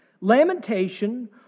Lamentation